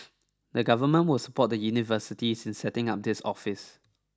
the government will support the universities in setting up this office